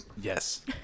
Yes